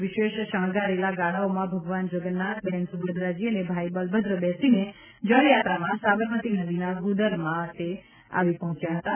વિશેષ શણગારેલા ગાડાઓમાં ભગવાન જગન્નાથ બહેન સુભદ્રાજી અને ભાઇ બલભદ્ર બેસીને જળયાત્રામાં સાબરમતી નદીના ભૂદરમા માટે આવી પહોંચ્યા હતાં